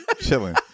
Chilling